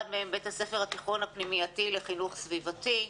אחד מהם "בית הספר התיכון הפנימייתי לחינוך סביבתי",